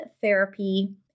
therapy